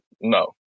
no